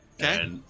Okay